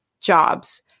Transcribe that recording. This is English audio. jobs